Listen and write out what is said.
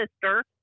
sister